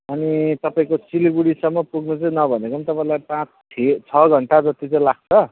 अनि तपाईँको सिलगढीसम्म पुग्नु चाहिँ नभनेको पनि तपाईँलाई पाँच छे छ घन्टा जति चाहिँ लाग्छ